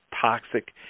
toxic